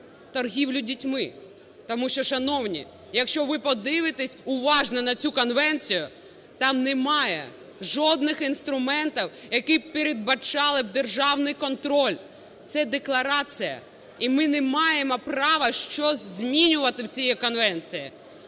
торгівлю дітьми. Тому що, шановні, якщо ви подивитесь уважно на цю конвенцію, там немає жодних інструментів, які б передбачали державний контроль, де декларація і ми не маємо права щось змінювати в цій конвенції.